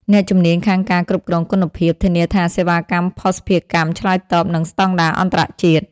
អ្នកជំនាញខាងការគ្រប់គ្រងគុណភាព ធានាថាសេវាកម្មភស្តុភារកម្មឆ្លើយតបនឹងស្តង់ដារអន្តរជាតិ។